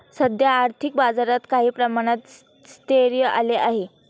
सध्या आर्थिक बाजारात काही प्रमाणात स्थैर्य आले आहे